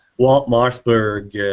walt mossberg yeah